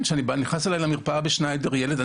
כשנכנס אליי למרפאה ב"שניידר" ילד,